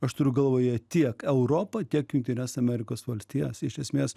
aš turiu galvoje tiek europą tiek jungtines amerikos valstijas iš esmės